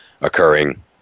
occurring